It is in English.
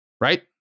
right